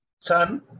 son